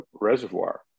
reservoir